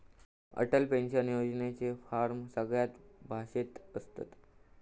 Atal pension योजनेचे form सगळ्या भाषेत असत